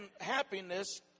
happiness